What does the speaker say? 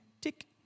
tick